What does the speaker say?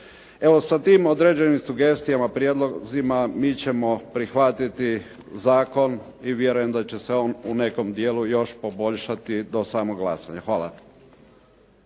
Evo sa tim određenim sugestijama prijedlozima mi ćemo prihvatiti zakon i vjerujem da će se on u nekom dijelu još poboljšati do samog glasovanja. Hvala.